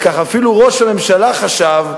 אפילו ראש הממשלה חשב,